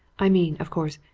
i mean, of course,